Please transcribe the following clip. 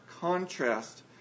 contrast